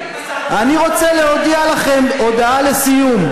אני רוצה להודיע לכם הודעה לסיום.